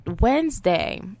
Wednesday